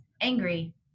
angry